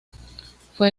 fue